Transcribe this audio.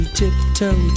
tiptoe